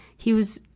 he was,